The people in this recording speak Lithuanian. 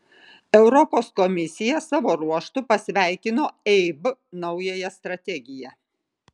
europos komisija savo ruožtu pasveikino eib naująją strategiją